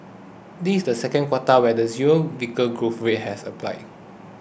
this is the second quota where the zero vehicle growth rate has applied